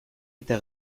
eta